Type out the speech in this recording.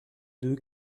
deux